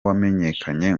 wamenyekanye